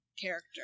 character